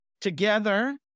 together